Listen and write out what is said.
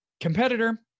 competitor